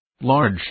large